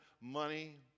money